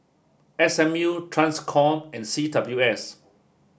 S M U TRANSCOM and C W S